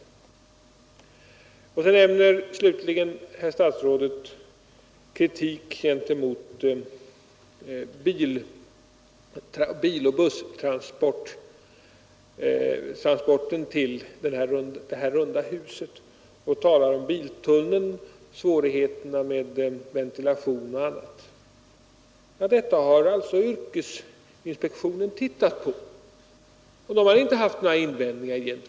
Slutligen nämner statsrådet kritiken gentemot biloch busstransporten till det här runda huset och talar om biltunneln, svårigheterna med ventilation och annat. Detta har yrkesinspektionen tittat på, och den har inte haft några invändningar.